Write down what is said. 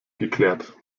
geklärt